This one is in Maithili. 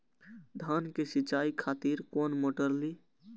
धान के सीचाई खातिर कोन मोटर ली?